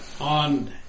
on